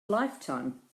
lifetime